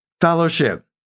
fellowship